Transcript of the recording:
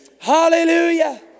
Hallelujah